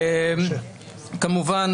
כמובן,